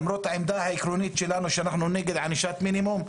למרות העמדה העקרונית שלנו שאנחנו נגד ענישת מינימום,